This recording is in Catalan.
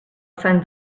sant